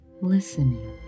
listening